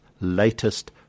latest